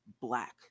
black